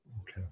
Okay